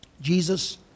Jesus